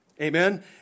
Amen